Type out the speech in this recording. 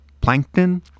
plankton